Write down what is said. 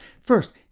First